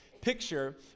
picture